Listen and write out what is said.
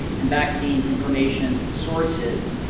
and vaccine information sources.